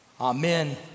Amen